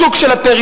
השוק של הפריפריה,